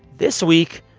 this week,